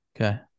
Okay